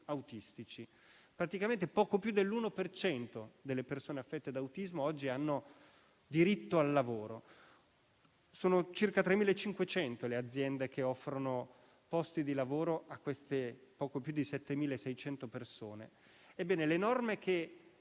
autistici: praticamente poco più dell'uno per cento delle persone affette da autismo oggi hanno diritto al lavoro. Sono circa 3.500 le aziende che offrono posti di lavoro a queste poco più di 7.600 persone. Ebbene, le norme che